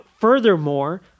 furthermore